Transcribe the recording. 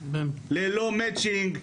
ללא מאצ'ינג,